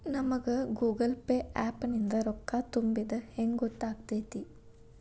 ನಮಗ Google Pay app ನಿಂದ ರೊಕ್ಕಾ ತುಂಬಿದ್ದ ಹೆಂಗ್ ಗೊತ್ತ್ ಆಗತೈತಿ?